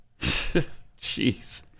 jeez